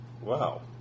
Wow